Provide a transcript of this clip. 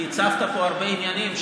כי הצפת פה הרבה עניינים,